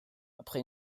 après